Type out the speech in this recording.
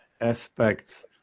aspects